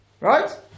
Right